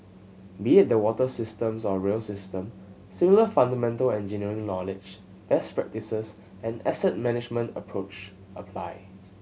be it the water systems or rail system similar fundamental engineering knowledge best practices and asset management approached apply